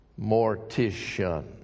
mortician